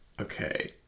Okay